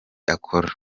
akora